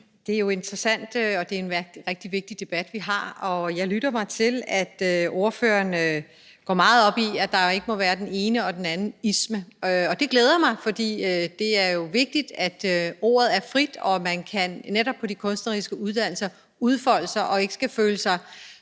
Det er jo interessant, og det er en rigtig vigtig debat, vi har, og jeg lytter mig til, at ordføreren går meget op i, at der ikke må være den ene og den anden isme, og det glæder mig. For det er jo vigtigt, at ordet er frit, og at man netop på de kunstneriske uddannelser kan udfolde sig og ikke skal føle sig